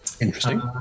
Interesting